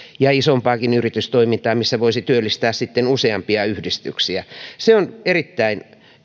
ja isompaakin yritystoimintaa missä voisi työllistää sitten useampia se on erittäin